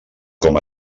com